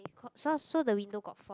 so so the window got four